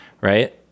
Right